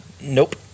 Nope